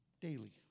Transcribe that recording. daily